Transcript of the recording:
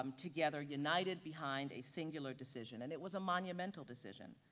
um together united behind a singular decision, and it was a monumental decision.